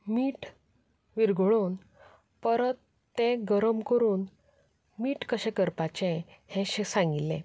मीट विरगळोन परत तें गरम करून मीट कशें करपाचें हें सांगिल्लें